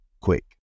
quick